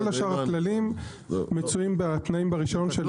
כל שאר הכללים מצויים בתנאים ברישיון של התאגיד.